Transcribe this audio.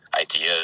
ideas